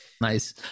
nice